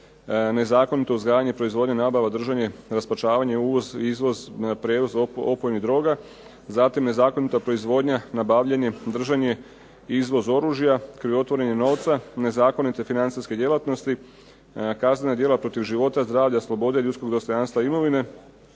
nezakonito uzgajanje, proizvodnja, nabava, raspačavanje, uvoz i izvoz, prijevoz opojnih droga, zatim nezakonita proizvodnja, nabavljanje, držanje, izvoz oružja, krivotvorenje novca, nezakonite financijske djelatnosti, kaznena djela protiv života, zdravlja, sloboda, ljudskog dostojanstva imovine,